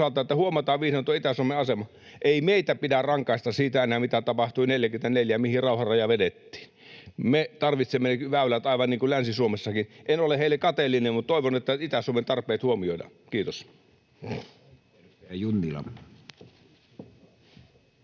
huomataan vihdoin Itä-Suomen asema. Ei meitä pidä rankaista siitä enää, mitä tapahtui 44, mihin rauhan raja vedettiin. Me tarvitsemme väylät aivan niin kuin Länsi-Suomessakin. En ole heille kateellinen, mutta toivon, että Itä-Suomen tarpeet huomioidaan. — Kiitos.